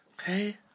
Okay